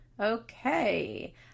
okay